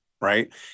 right